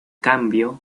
cambio